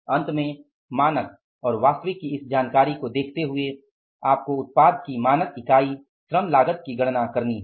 अंत में मानक और वास्तविक की इस जानकारी को देखते हुए आपको उत्पाद की मानक इकाई श्रम लागत की गणना करनी है